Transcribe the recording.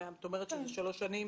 את אומרת שזה 3 שנים